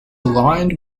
aligned